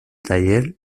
taller